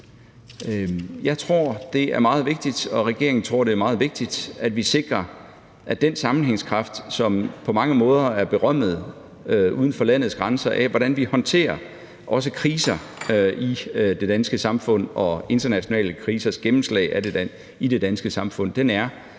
tror, det er meget vigtigt, at vi sikrer, at vi bevarer den sammenhængskraft, som på mange måder er berømmet uden for landets grænser for, hvordan vi håndterer også kriser i det danske samfund og internationale krisers gennemslag i det danske samfund. Og man